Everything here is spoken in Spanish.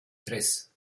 tres